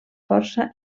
força